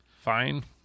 Fine